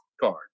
card